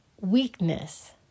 weakness